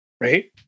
Right